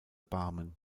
barmen